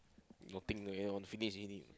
got thing to add on finish already